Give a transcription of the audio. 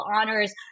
honors